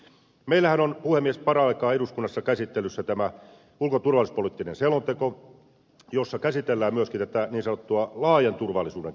meillähän on puhemies paraikaa eduskunnassa käsittelyssä ulko ja turvallisuuspoliittinen selonteko jossa käsitellään myöskin tätä niin sanottua laajan turvallisuuden käsitettä